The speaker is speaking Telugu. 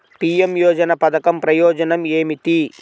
పీ.ఎం యోజన పధకం ప్రయోజనం ఏమితి?